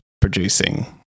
producing